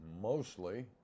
mostly